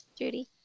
Judy